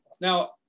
Now